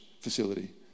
facility